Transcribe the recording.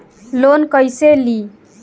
Loan कईसे ली?